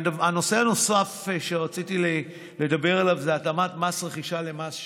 נושא נוסף שרציתי לדבר עליו זה התאמת מס רכישה למס שבח.